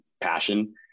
passion